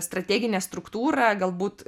strateginę struktūrą galbūt